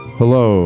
hello